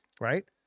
right